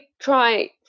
try